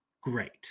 great